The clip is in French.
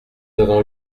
avons